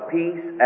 peace